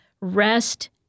rest